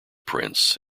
prince